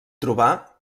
trobar